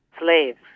slaves